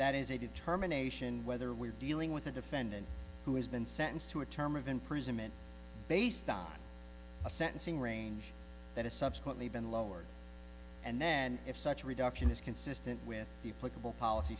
that is a determination whether we're dealing with a defendant who has been sentenced to a term of imprisonment based on a sentencing range that has subsequently been lowered and then if such a reduction is consistent with the political policy